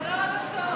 אבל לא עד הסוף.